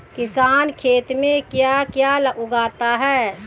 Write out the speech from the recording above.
किसान खेत में क्या क्या उगाता है?